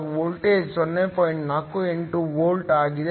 48 volt ಆಗಿದೆ